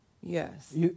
Yes